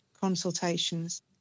consultations